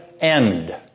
end